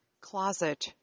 closet